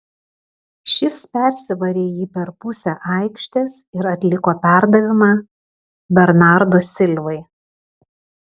šis persivarė jį per pusę aikštės ir atliko perdavimą bernardo silvai